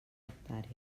hectàrea